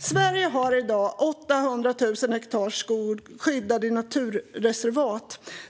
Sverige har i dag 800 000 hektar skog skyddad i naturreservat.